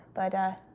but,